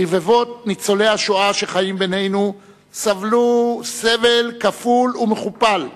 רבבות ניצולי השואה שחיים בינינו סבלו סבל כפול ומכופל,